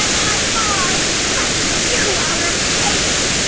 and on mars! fuck you outer space!